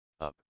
up